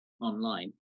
online